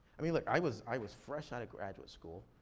i mean, look, i was i was fresh out of graduate school,